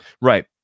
Right